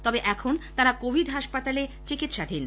তবে এখন তারা কোভিড হাসপাতালে চিকিৎসাধীন